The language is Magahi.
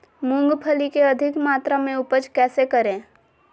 मूंगफली के अधिक मात्रा मे उपज कैसे करें?